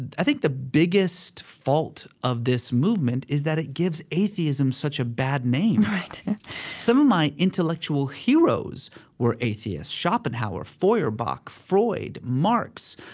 and i think the biggest fault of this movement is that it gives atheism such a bad name right some of my intellectual heroes were atheists. schopenhauer, feuerbach, freud, marx,